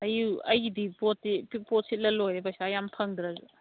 ꯑꯩꯒꯤꯗꯤ ꯄꯣꯠꯇꯤ ꯄꯣꯠ ꯁꯤꯠꯂ ꯂꯣꯏꯔꯦ ꯄꯩꯁꯥ ꯌꯥꯝ ꯐꯪꯗ꯭ꯔꯁꯨ